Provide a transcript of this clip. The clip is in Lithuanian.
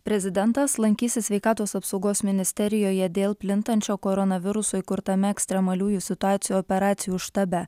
prezidentas lankysis sveikatos apsaugos ministerijoje dėl plintančio koronaviruso įkurtame ekstremaliųjų situacijų operacijų štabe